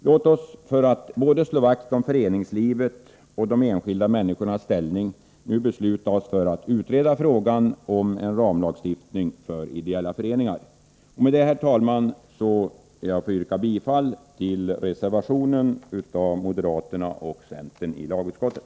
Låt oss för att både slå vakt om föreningslivet och de enskilda människornas ställning nu besluta oss för att utreda frågan om ramlagstiftning för ideella föreningar. Med detta, herr talman, ber jag att få yrka bifall till reservationen av moderaterna och centerpartisterna i lagutskottet.